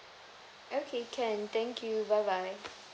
okay can thank you bye bye